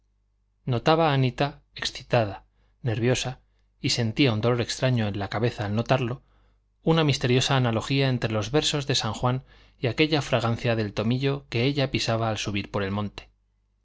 notaba anita excitada nerviosa y sentía un dolor extraño en la cabeza al notarlo una misteriosa analogía entre los versos de san juan y aquella fragancia del tomillo que ella pisaba al subir por el monte